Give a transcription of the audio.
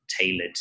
tailored